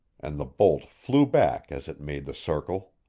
and the bolt flew back as it made the circle.